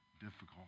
difficult